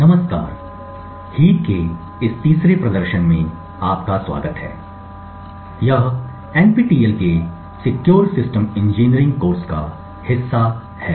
नमस्कार हीप के इस तीसरे प्रदर्शन में आपका स्वागत है यह एनपीटीईएल के सिक्योर सिस्टम इंजीनियरिंग कोर्स का हिस्सा है